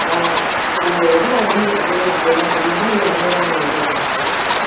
இப்போ எவ்ளோ அடி அகலம் அதெல்லாம் தெரியுமா இல்லை நம்ம தான் வந்து மெஸர் பண்ணுறாமாரி இருக்குமா சார்